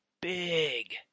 big